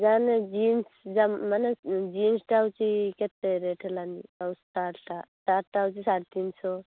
ମାନେ ଜିନ୍ସ ମାନେ ଜିନ୍ସଟା ହେଉଛି କେତେ ରେଟ୍ ହେଲାଣି ଆଉ ସାର୍ଟ୍ଟା ସାଟ୍ଟା ହେଉଛି ସାଢ଼େତିନିଶହ